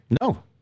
No